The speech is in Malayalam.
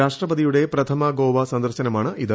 രാഷ്ട്രപതിയുടെ പ്രഥമ ഗോവാ സന്ദർശനമാണിത്